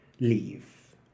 leave